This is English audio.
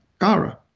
Gara